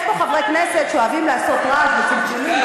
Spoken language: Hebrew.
יש פה חברי כנסת שאוהבים לעשות רעש וצלצולים,